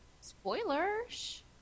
Spoilers